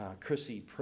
Chrissy